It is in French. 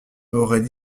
aurait